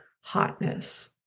hotness